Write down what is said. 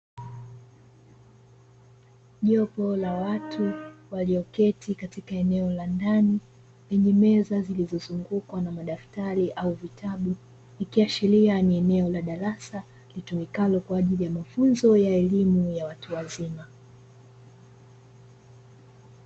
Jopo la watu walioketi katika eneo la ndani lenye meza zilizozungukwa na madaftari au vitabu, ikiashiria ni eneo la darasa litumikalo kwa ajili ya mafunzo ya elimu ya watu wazima.